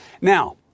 Now